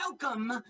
welcome